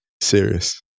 Serious